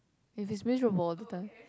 if he's miserable